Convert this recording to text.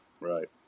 Right